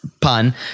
pun